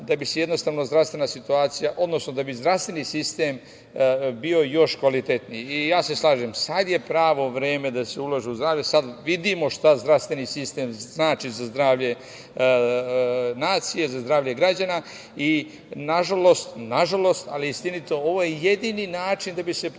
da bi se jednostavno zdravstvena situacija, odnosno da bi zdravstveni sistem bio još kvalitetniji. Ja se slažem, sada je pravo vreme da se ulaže, sada vidimo šta zdravstveni sistem znači za zdravlje nacije, za zdravlje građana i nažalost, ali istinito, ovo je jedini način da bi se proverio